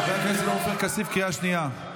חבר הכנסת עופר כסיף, קריאה שנייה.